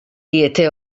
diete